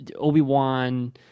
Obi-Wan